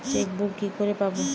Chequebook কি করে পাবো?